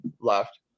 left